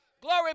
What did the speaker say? Glory